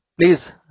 please